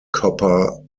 copper